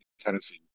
Tennessee